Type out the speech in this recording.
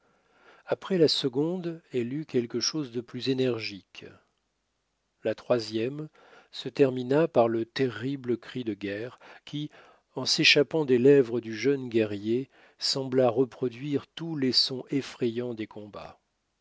après la seconde elle eut quelque chose de plus énergique la troisième se termina par le terrible cri de guerre qui en s'échappant des lèvres du jeune guerrier sembla reproduire tous les sons effrayants des combats